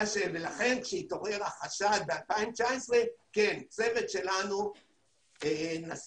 לכן, כאשר התעורר החשד ב-2019, כן, צוות שלנו נסע,